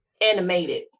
Animated